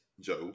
Job